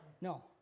No